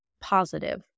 Positive